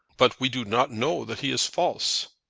but we do not know that he is false.